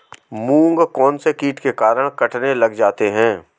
मूंग कौनसे कीट के कारण कटने लग जाते हैं?